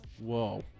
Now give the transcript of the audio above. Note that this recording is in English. Whoa